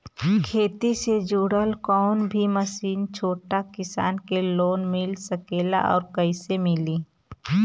खेती से जुड़ल कौन भी मशीन छोटा किसान के लोन मिल सकेला और कइसे मिली?